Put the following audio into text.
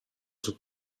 sul